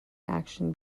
action